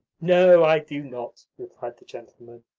no, i do not, replied the gentleman.